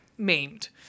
maimed